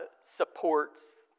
supports